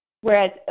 whereas